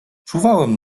czuwałem